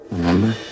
Remember